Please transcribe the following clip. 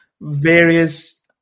various